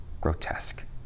grotesque